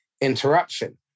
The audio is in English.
interruption